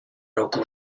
roku